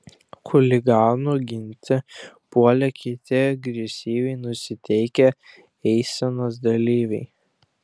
chuliganų ginti puolė kiti agresyviai nusiteikę eisenos dalyviai